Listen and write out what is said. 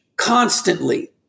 Constantly